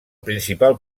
principal